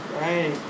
Right